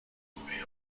ambushed